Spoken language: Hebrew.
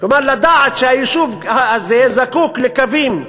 כלומר לדעת שהיישוב הזה זקוק לקווים.